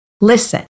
Listen